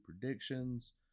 predictions